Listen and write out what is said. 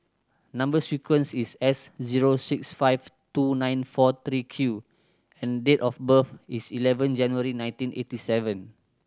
number sequence is S zero six five two nine four three Q and date of birth is eleven January nineteen eighty seven